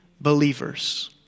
believers